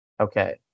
okay